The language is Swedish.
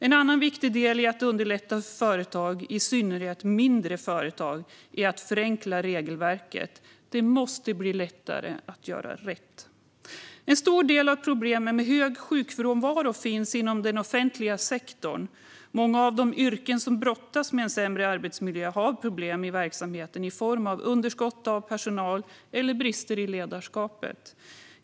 En annan viktig del i att underlätta för företag, i synnerhet mindre företag, är att förenkla regelverket. Det måste bli lättare att göra rätt. En stor del av problemen med hög sjukfrånvaro finns inom den offentliga sektorn. Många av de yrken som brottas med en sämre arbetsmiljö har problem i verksamheten i form av underskott av personal eller brister i ledarskapet.